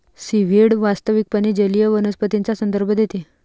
seaweed वास्तविकपणे जलीय वनस्पतींचा संदर्भ देते